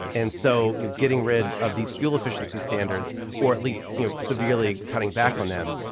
and so you're getting rid of these fuel efficiency standards or at least you know severely cutting back on them.